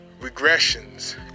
regressions